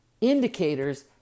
indicators